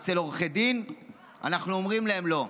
אצל עורכי דין אנחנו אומרים להם: לא.